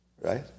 right